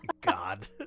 God